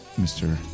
Mr